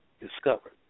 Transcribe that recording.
discovered